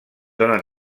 donen